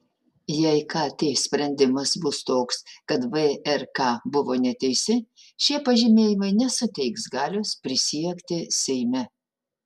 jei kt sprendimas bus toks kad vrk buvo neteisi šie pažymėjimai nesuteiks galios prisiekti seime